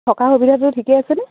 থকা সুবিধাটো ঠিকে আছেনে